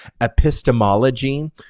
epistemology